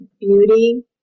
beauty